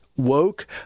Woke